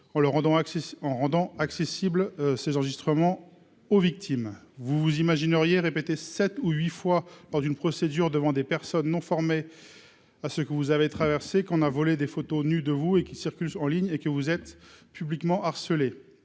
en rendant accessibles ces enregistrements aux victimes, vous vous imagineriez répété 7 ou 8 fois lors d'une procédure devant des personnes non formées à ce que vous avez traversé qu'on a volé des photos nues de vous et qui circulent en ligne et que vous vous êtes publiquement harcelés,